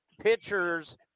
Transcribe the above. pitchers